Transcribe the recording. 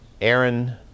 Aaron